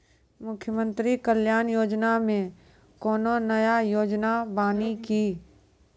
मुख्यमंत्री कल्याण योजना मे कोनो नया योजना बानी की?